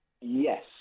Yes